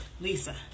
Lisa